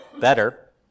better